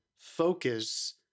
focus